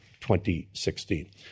2016